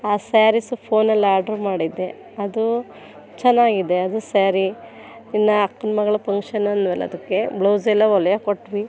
ಆ ಸ್ಯಾರೀಸು ಫೋನಲ್ಲಿ ಆರ್ಡ್ರ್ ಮಾಡಿದ್ದೆ ಅದು ಚೆನ್ನಾಗಿದೆ ಅದು ಸ್ಯಾರಿ ಇನ್ನೂ ಅಕ್ಕನ ಮಗ್ಳ ಪಂಕ್ಷನ್ ಅದ್ನಲ ಅದಕ್ಕೆ ಬ್ಲೌಸೆಲ್ಲ ಒಲೆಯೋಕೆ ಕೊಟ್ಟೆವು